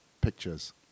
pictures